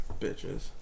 bitches